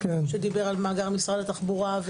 שדיבר על מאגר משרד התחבורה,